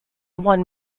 one